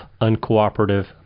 uncooperative